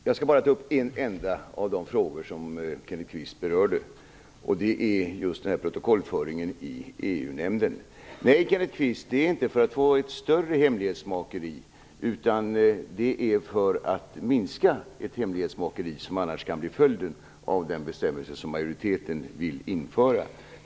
Herr talman! Jag skall bara ta upp en enda av de frågor som Kenneth Kvist berörde. Det gäller just protokollföringen i EU-nämnden. Nej, Kenneth Kvist, det handlar inte om att få ett större hemlighetsmakeri, utan om att minska det hemlighetsmakeri som kan bli följden av den bestämmelse som majoriteten vill införa.